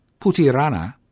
Putirana